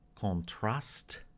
Contrast